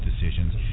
decisions